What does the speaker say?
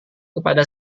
kepada